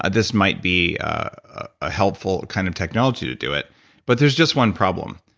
ah this might be a helpful kind of technology to do it but there's just one problem,